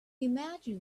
imagine